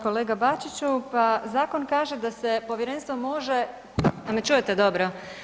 Kolega Bačiću, pa zakon kaže da se povjerenstvo može, jel' me čujete dobro?